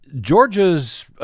Georgia's